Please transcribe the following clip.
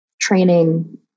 training